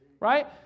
Right